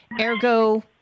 Ergo